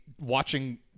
watching